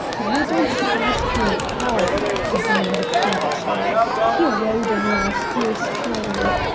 why don't you ask your pal? he demanded savagely he rowed on last year's crew.